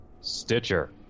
Stitcher